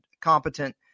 competent